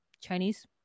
Chinese